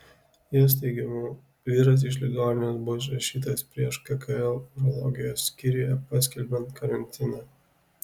jos teigimu vyras iš ligoninės buvo išrašytas prieš kkl urologijos skyriuje paskelbiant karantiną